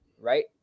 right